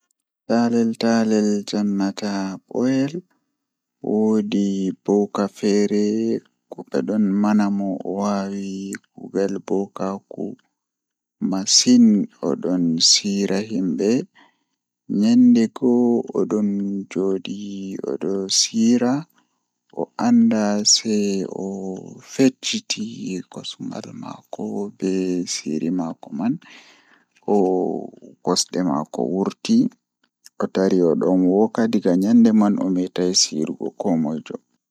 Taalel taalel jannata booyel, Woodi goygoy wa feere don hula nastugo nder nyibre kanko ko nder sei ni odon joodi haa babal laddum oyida nastugo babal nyibre to o nasti nder haske bo odon hulna bikkon nden bikkon wari faami oyida nder nyibre nyede go kan be itti kulol be nangi mo be habbi be sakkini mo haa nder nyibre man.